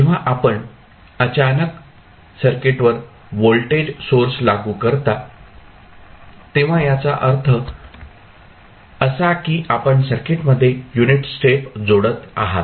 जेव्हा आपण अचानक सर्किटवर व्होल्टेज सोर्स लागू करता तेव्हा याचा अर्थ असा की आपण सर्किटमध्ये युनिट स्टेप जोडत आहात